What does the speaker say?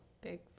big